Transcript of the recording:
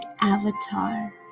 avatar